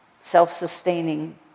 self-sustaining